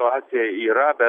situacija yra bet